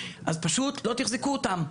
פשוט לא תחזקו אותן,